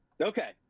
okay